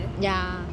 ya